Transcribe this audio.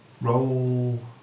Roll